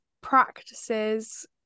practices